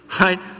right